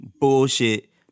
bullshit